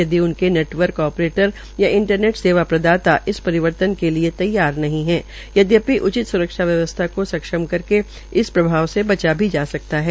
यदि उनके network operator या इंटरनेट सेवा प्रदाता इस परिवर्तन के लिए तैयार नहीं है यद्यपि उचित स्रक्षा व्यवसथा को सक्षम करके इस प्रभाव से बचा जा सकत है